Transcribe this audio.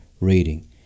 rating